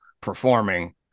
performing